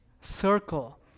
circle